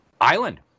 Island